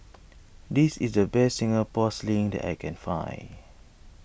this is the best Singapore Sling that I can find